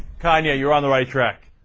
kind of yeah here on the right track